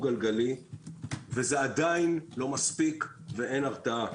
גלגלי וזה עדיין לא מספיק ואין הרתעה.